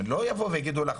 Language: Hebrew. הם לא יבואו ויגידו לך,